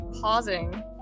pausing